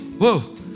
Whoa